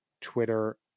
Twitter